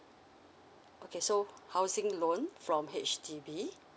okay so housing loan from H_D_B